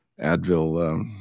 Advil